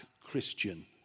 Christian